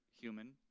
human